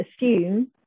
assume